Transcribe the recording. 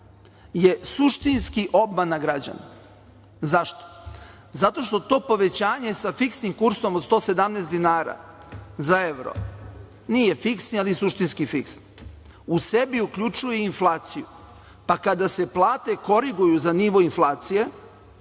je suštinski obmana građana. Zašto? Zato što to povećanje sa fiksnim kursom od 117 dinara za evro, nije fiksni, ali suštinski fiksni, u sebi uključuje inflaciju pa kada se plate koriguju za nivo inflacije,